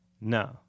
No